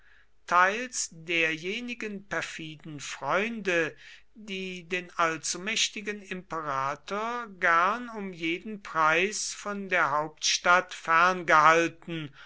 teils derjenigen perfiden freunde die den allzumächtigen imperator gern um jeden preis von der hauptstadt ferngehalten